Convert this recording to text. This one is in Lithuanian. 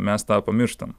mes tą pamirštam